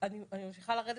אני ממשיכה לרדת,